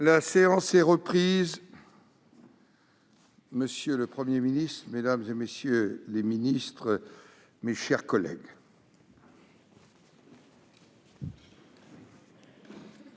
La séance est reprise. Monsieur le Premier ministre, mesdames, messieurs les ministres, mes chers collègues,